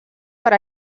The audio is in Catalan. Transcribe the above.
per